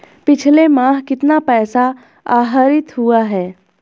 पिछले माह कितना पैसा आहरित हुआ है?